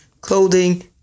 clothing